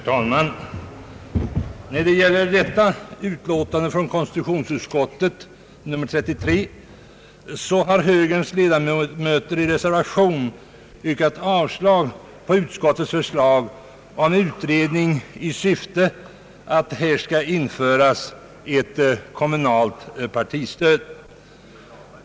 Herr talman! När det gäller förevarande utlåtande från konstitutionsutskottet, nr 33, har högerns ledamöter i reservation yrkat avslag på utskottets förslag om utredning i syfte att införa ett kommunalt partistöd.